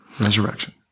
Resurrection